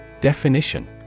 Definition